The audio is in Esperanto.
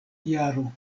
jaro